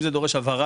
אם זה דורש הבהרה,